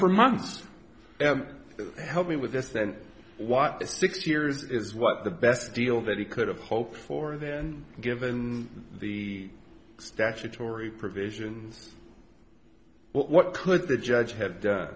for months to help me with this that while it's six years is what the best deal that he could have hoped for then given the statutory provisions what could the judge had